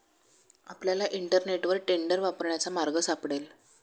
आपल्याला इंटरनेटवर टेंडर वापरण्याचा मार्ग सापडेल